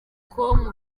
com